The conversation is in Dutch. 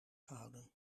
gehouden